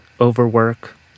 overwork